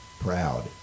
proud